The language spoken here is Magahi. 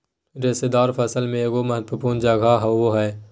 रेशेदार फसल में एगोर महत्वपूर्ण जगह होबो हइ